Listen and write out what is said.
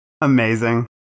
Amazing